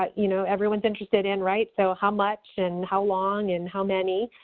ah you know, everyone's interested in, right? so how much and how long and how many.